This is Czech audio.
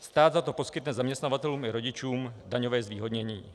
Stát za to poskytne zaměstnavatelům i rodičům daňové zvýhodnění.